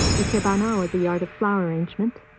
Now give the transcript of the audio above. ikebana or the art of flower arrangement,